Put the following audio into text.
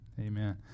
Amen